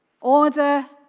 Order